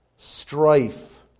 Strife